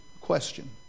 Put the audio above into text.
question